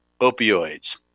opioids